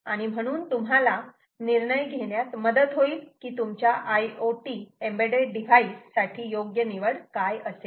आणि म्हणून तुम्हाला निर्णय घेण्यात मदत होईल की तुमच्या IoT एम्बेडेड डिव्हाईस साठी योग्य निवड काय असेल